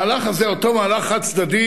אותו מהלך חד-צדדי,